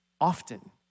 often